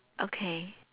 okay